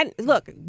Look